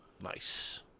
Nice